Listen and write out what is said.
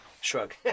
Shrug